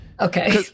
okay